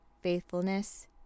faithfulness